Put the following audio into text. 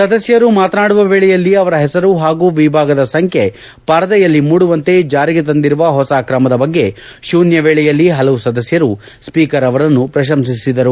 ಸದಸ್ಯರು ಮಾತನಾಡುವ ವೇಳೆಯಲ್ಲಿ ಅವರ ಹೆಸರು ಹಾಗೂ ವಿಭಾಗದ ಸಂಖ್ಯೆ ಪರದೆಯಲ್ಲಿ ಮೂಡುವಂತೆ ಜಾರಿಗೆ ತಂದಿರುವ ಹೊಸ ಕ್ರಮದ ಬಗ್ಗೆ ಶೂನ್ಯವೇಳೆಯಲ್ಲಿ ಹಲವು ಸದಸ್ಯರು ಸ್ಪೀಕರ್ ಅವರನ್ನು ಪ್ರಶಂಸಿಸಿದರು